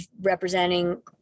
representing